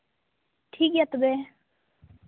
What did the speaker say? ᱴᱷᱤᱠ ᱜᱮᱭᱟ ᱛᱚᱵᱮ